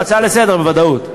הצעה לסדר-היום, בוודאות.